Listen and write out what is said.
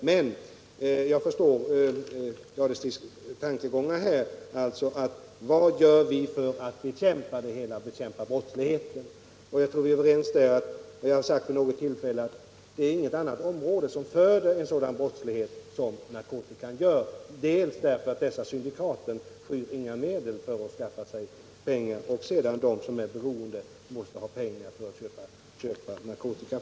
Men jag förstår att Thure Jadestig undrade vad vi gör för att bekämpa brottsligheten. Jag tror vi är överens om att det är viktigt. Jag har vid något tillfälle sagt att det inte är något annat område som föder en sådan brottslighet som narkotikan, dels därför att narkotikasyndikaten inte skyr några medel för att skaffa sig pengar, dels därför att de som är beroende måste ha pengar till att köpa narkotika.